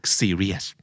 serious